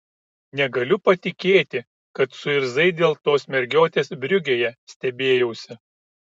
negaliu patikėti kad suirzai dėl tos mergiotės briugėje stebėjausi